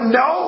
no